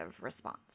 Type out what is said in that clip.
response